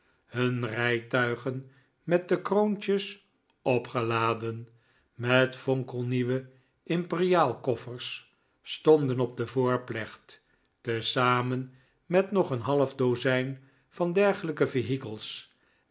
hun rijtuigen met de kroontjes opgeladen met fonkelnieuwe imperiaalkoffers stonden op de voorplecht te zamen met nog een half dozijn van dergelijke vehikels